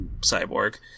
cyborg